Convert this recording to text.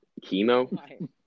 Chemo